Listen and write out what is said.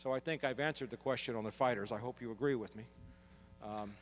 so i think i've answered the question on the fighters i hope you agree with me